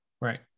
Right